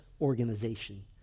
organization